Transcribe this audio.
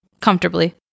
comfortably